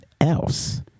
else